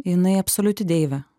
jinai absoliuti deivė